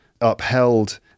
upheld